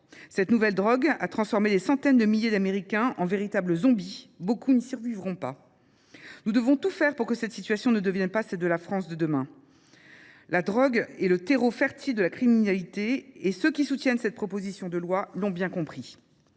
Cette nouvelle drogue a transformé les centaines de milliers d'Américains en véritables zombies. Beaucoup n'y survivront pas. Nous devons tout faire pour que cette situation ne devienne pas celle de la France de demain. La drogue est le terreau fertile de la criminalité et ceux qui soutiennent cette proposition de loi l'ont bien compris.